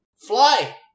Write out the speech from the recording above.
Fly